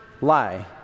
lie